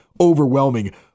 overwhelming